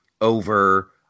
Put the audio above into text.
over